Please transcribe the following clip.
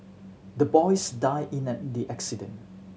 the boys die in a the accident